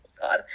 god